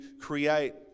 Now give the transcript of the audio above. create